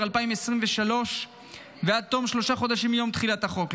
2023 ועד תום שלושה חודשים מיום תחילת החוק.